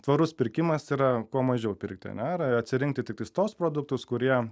tvarus pirkimas yra kuo mažiau pirkti ane ir atsirinkti tiktais tuos produktus kurie